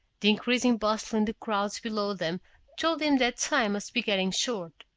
the increasing bustle in the crowds below them told him that time must be getting short.